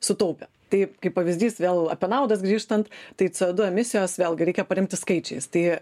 sutaupė taip kaip pavyzdys vėl apie naudas grįžtant tai co du emisijos vėlgi reikia paremti skaičiais tai